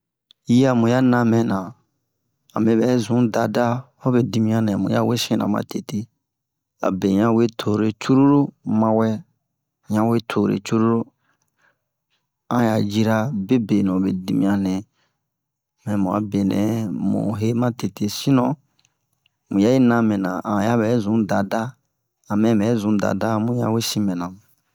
Yi a muya na mɛna a mɛ zun dada hobe dimiyan nɛ mu ya wesin na ma tete abe un ɲa we tore cururu mawɛ un ɲa we tore cururu an ya jira be benu hobe dimiyan nɛ mɛ mu a benɛ mu he ma tete sinon muya yi na mɛna an ya bɛ zun dada a mɛ bɛ zun dada muya wesin mɛna